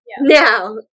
Now